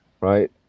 Right